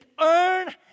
earn